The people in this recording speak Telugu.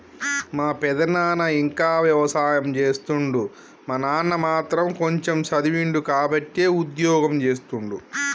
మా పెదనాన ఇంకా వ్యవసాయం చేస్తుండు మా నాన్న మాత్రం కొంచెమ్ చదివిండు కాబట్టే ఉద్యోగం చేస్తుండు